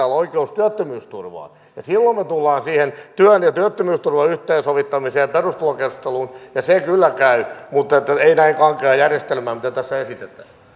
olla oikeus työttömyysturvaan silloin me tulemme siihen työn ja työttömyysturvan yhteensovittamiseen ja perustulokeskusteluun ja se kyllä käy mutta ei näin kankea järjestelmä mitä tässä esitetään